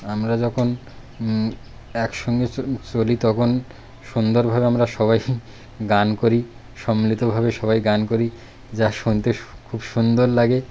আমরা যখন একসঙ্গে চলি তখন সুন্দরভাবে আমরা সবাই গান করি সম্মিলিতভাবে সবাই গান করি যা শুনতে খুব সুন্দর লাগে